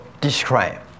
describe